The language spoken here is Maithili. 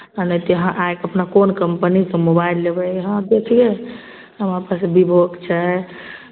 आ नही तऽ आबि कऽ अपन कोन कम्पनीके मोबाइल लेबै अहाँ देख लिअ हमरा पास विवोके छै